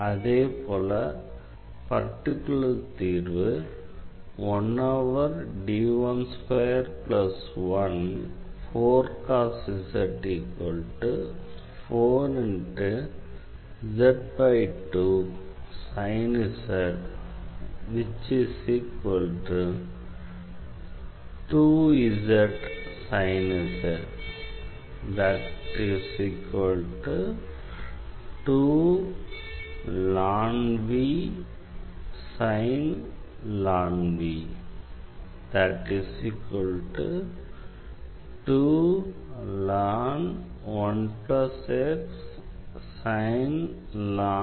அதேபோல பர்டிகுலர் தீர்வு ஆகும்